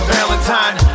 Valentine